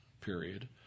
period